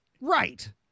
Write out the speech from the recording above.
right